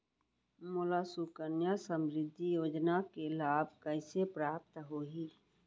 मोला सुकन्या समृद्धि योजना के लाभ कइसे प्राप्त होही?